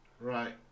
Right